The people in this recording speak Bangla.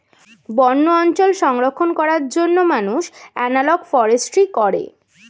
বন্য অঞ্চল সংরক্ষণ করার জন্য মানুষ এনালগ ফরেস্ট্রি করে